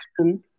action